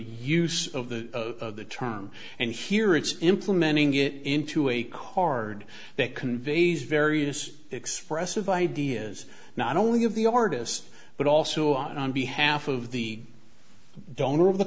use of the of the term and here it's implementing it into a card that conveys various expressive ideas not only of the artist but also out on behalf of the donor of the